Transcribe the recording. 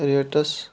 rates